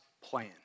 plan